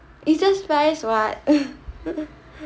it's just rice what